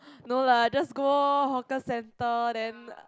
no lah just go orh hawker centre then